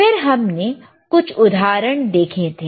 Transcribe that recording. फिर हमने कुछ उदाहरण देखें थे